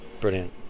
Brilliant